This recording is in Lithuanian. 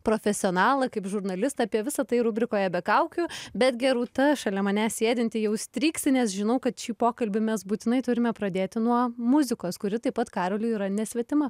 profesionalą kaip žurnalistą apie visa tai rubrikoje be kaukių bet gerūta šalia manęs sėdinti jau stryksi nes žinau kad šį pokalbį mes būtinai turime pradėti nuo muzikos kuri taip pat karoliui yra nesvetima